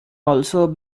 also